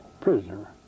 prisoner